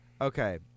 Okay